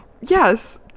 Yes